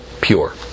pure